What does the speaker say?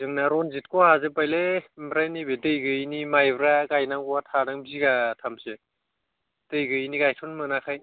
जोंना रनजितखौ हाजोबबायलै ओमफ्राय नैबे दै गोयैनि माइब्रा गायनांगौआ थादों बिगा थामसो दै गोयैनि गायथ'नो मोनाखै